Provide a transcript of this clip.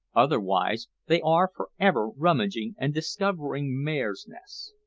otherwise they are for ever rummaging and discovering mares' nests.